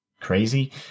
crazy